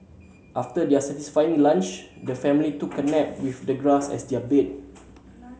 after their satisfying lunch the family took a nap with the grass as their bed